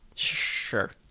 sure